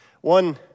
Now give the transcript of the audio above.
One